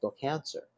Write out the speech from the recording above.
cancer